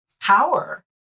power